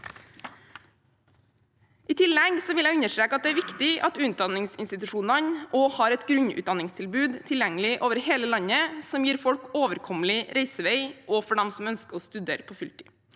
I tillegg vil jeg understreke at det er viktig at utdanningsinstitusjonene også har et grunnutdanningstilbud tilgjengelig over hele landet, som gir folk overkommelig reisevei, også for dem som ønsker å studere på fulltid.